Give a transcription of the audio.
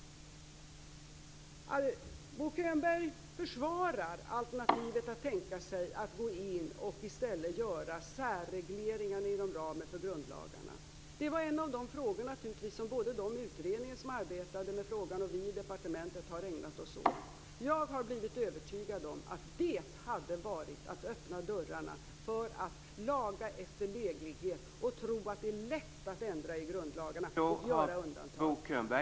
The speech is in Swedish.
Bo Könberg försvarar alternativet att i stället tänka sig att gå in och göra särregleringar inom ramen för grundlagarna. Det var en av de frågor som både utredningen som arbetade med frågan och vi i departementet har ägnat oss åt. Jag har blivit övertygad om att det hade varit att öppna dörrarna för att laga efter läglighet och tro att det är lätt att ändra i grundlagarna och göra undantag.